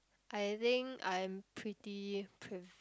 I think I am pretty priv~